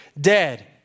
dead